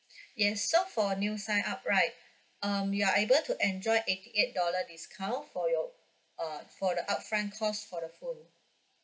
yes so for new sign up right um you are able to enjoy eighty eight dollar discount for your uh for the upfront cost for the phone